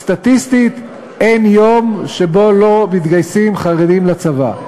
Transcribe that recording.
סטטיסטית אין יום שבו לא מתגייסים חרדים לצבא.